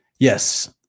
Yes